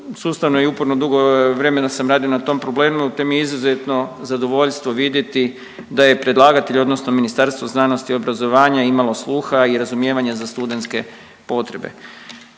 sustavno i uporno dugo vremena sam radio na tom problemu te mi je izuzetno zadovoljstvo vidjeti da je predlagatelj odnosno Ministarstvo znanosti i obrazovanja imalo sluha i razumijevanje za studentske potrebe.